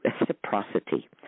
reciprocity